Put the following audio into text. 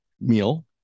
meal